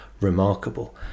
remarkable